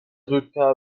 زودتر